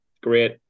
Great